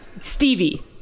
Stevie